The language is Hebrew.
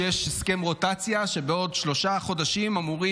שיש הסכם רוטציה ושבעוד שלושה חודשים אמור,